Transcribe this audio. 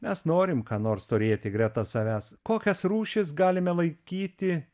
mes norim ką nors turėti greta savęs kokias rūšis galime laikyti